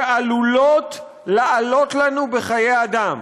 שעלולות לעלות לנו בחיי אדם,